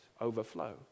overflow